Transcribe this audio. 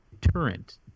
deterrent